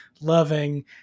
loving